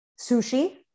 sushi